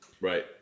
right